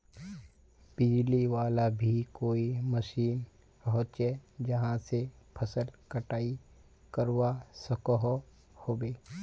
बिजली वाला भी कोई मशीन होचे जहा से फसल कटाई करवा सकोहो होबे?